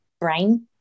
brain